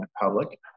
public